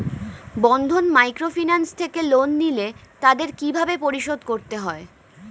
বন্ধন microfinance থেকে loan নিলে তাদের কিভাবে পরিশোধ করতে হয়?